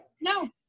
No